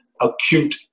acute